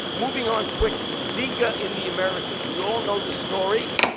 moving on quickly zika in the americas. we all know the story.